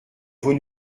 vos